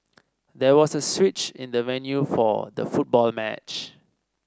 there was a switch in the venue for the football match